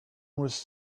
was